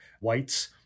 whites